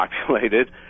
populated